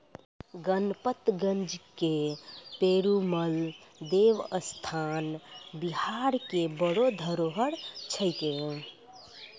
गणपतगंज के पेरूमल देवस्थान बिहार के बड़ो धरोहर छिकै